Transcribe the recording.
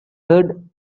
herd